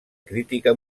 crítica